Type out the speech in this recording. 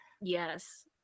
Yes